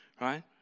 right